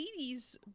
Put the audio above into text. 80s